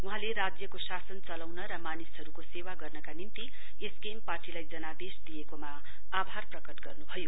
वहाँले राज्यको शासन चलाउनु र मानिसहरुको सेवा गर्नका निम्ति एसकेएम पार्टीलाई जनादेश दिएकोमा आभार प्रकट गर्नुभयो